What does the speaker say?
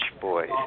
boys